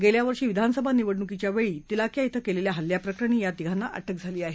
गेल्यावर्षी विधानसभा निवडणुकीच्या वेळी तिलाक्या श्वे केलेल्या हल्ल्याप्रकरणी या तिघांना अटक झाली आहे